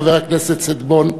חבר הכנסת שטבון,